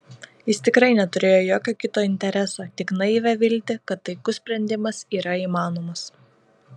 jis tikrai neturėjo jokio kito intereso tik naivią viltį kad taikus sprendimas yra įmanomas